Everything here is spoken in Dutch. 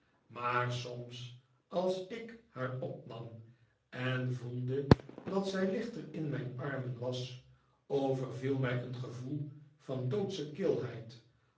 maar soms als ik haar opnam en voelde dat zij lichter in mijn armen was overyiel mij een gevoel van